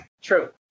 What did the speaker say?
True